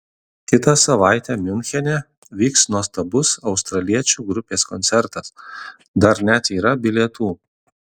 kitą savaitę miunchene vyks nuostabus australiečių grupės koncertas dar net yra bilietų